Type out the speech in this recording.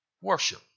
worship